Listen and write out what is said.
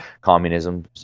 communism